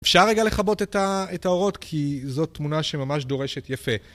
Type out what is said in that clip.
אפשר רגע לכבות את האורות כי זאת תמונה שממש דורשת יפה.